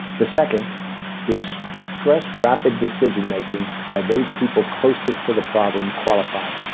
the second is stress rapid decision making by those people closest to the problem qualified.